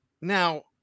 Now